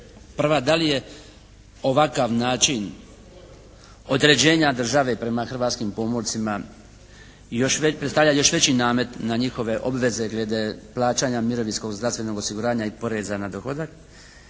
Prva da li je ovakav način određenja države prema hrvatskim pomorcima predstavlja još veći namet na njihove obveze glede plaćanja mirovinskog i zdravstvenog osiguranja i poreza na dohodak